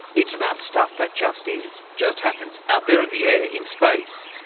it's about stuff that just is, just happens out there in the air, in space.